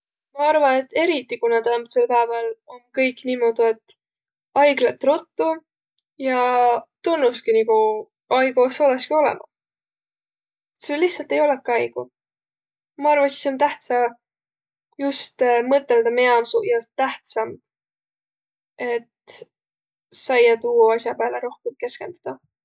Ma arva, et eriti kuna täämbädsel pääväl om kõik niimodu, et aig lätt' ruttu ja tunnuski nigu aigu es olõski olõmah. Sul lihtsält ei olõkiq aigu. Ma arva sis om tähtsä just mõtõldaq, miä om suq jaos tähtsämb, et saiaq tuu as'a pääle rohkõmb keskendüdäq.